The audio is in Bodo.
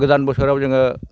गोदान बोसोराव जोङो